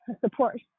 support